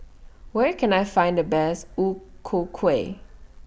Where Can I Find The Best O Ku Kueh